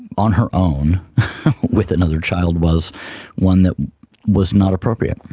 on her own with another child was one that was not appropriate.